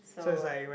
so